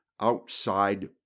outside